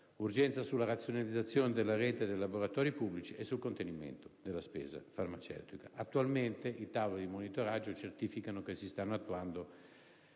sulla razionalizzazione della rete dei laboratori pubblici e sul contenimento della spesa farmaceutica. Attualmente, i tavoli di monitoraggio certificano che si stanno attuando